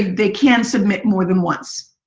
they can submit more than once.